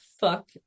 fuck